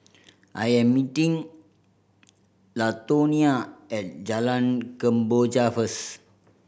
I am meeting Latonia at Jalan Kemboja first